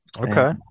Okay